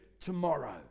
tomorrow